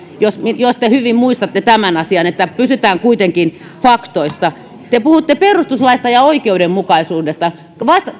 jos te hyvin muistatte tämän asian että pysytään kuitenkin faktoissa te puhutte perustuslaista ja oikeudenmukaisuudesta